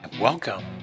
welcome